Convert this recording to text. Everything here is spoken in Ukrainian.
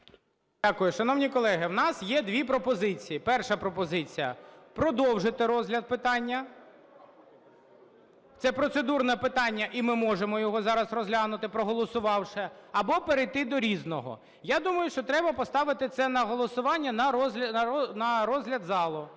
Дякую. Шановні колеги, у нас є дві пропозиції. Перша пропозиція – продовжити розгляд питання. Це процедурне питання, і ми можемо його зараз розглянути, проголосувавши, або перейти до "Різного". Я думаю, що треба поставити це на голосування на розгляд залу.